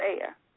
air